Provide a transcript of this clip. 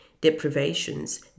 deprivations